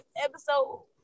episode